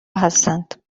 هستند